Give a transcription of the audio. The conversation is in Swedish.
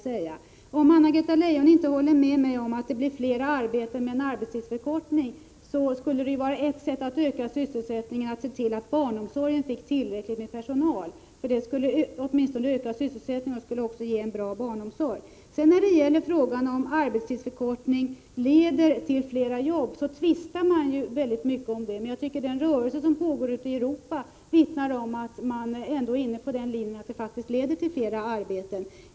Om inte Anna-Greta Leijon håller med mig om att det blir fler arbeten med en arbetstidsförkortning, skulle ett sätt att öka sysselsättningen vara att se till att barnomsorgen fick tillräckligt med personal. Det skulle öka sysselsättningen, och det skulle också ge en bra barnomsorg. Det tvistas mycket om huruvida arbetstidsförkortning leder till flera jobb. Men jag tycker att den rörelse som pågår ute i Europa vittnar om att man ändå är inne på linjen att en arbetstidsförkortning faktiskt leder till fler arbeten.